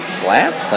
glass